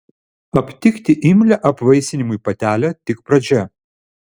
aptikti imlią apvaisinimui patelę tik pradžia